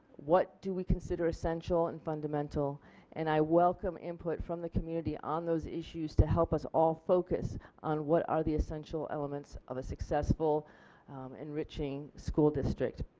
what do we consider essential and fundamental and i welcome input from the community on those issues to help us all focus on what are the essential elements of a successful enriching school district.